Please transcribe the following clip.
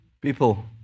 people